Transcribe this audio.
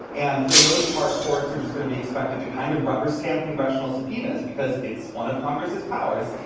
and for the most part, courts are just going to be expected to kind of rubber stamp congressional subpoenas because it's one of congress's powers.